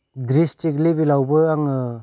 द्रिष्टिक लेबेलावबो आङो